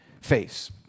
face